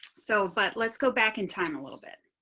so, but let's go back in time a little bit